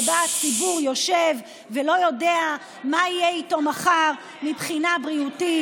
שבה הציבור יושב ולא יודע מה יהיה איתו מחר מבחינה בריאותית,